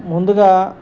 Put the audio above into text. ముందుగా